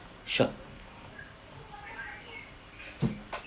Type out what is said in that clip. sure